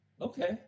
okay